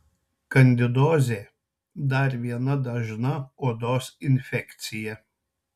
kandidozė dar viena dažna odos infekcija